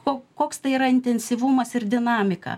ko koks tai yra intensyvumas ir dinamika